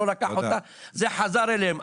הוא לא לקח אותה והיא חזרה אליהם.